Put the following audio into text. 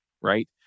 right